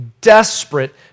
desperate